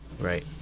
Right